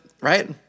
Right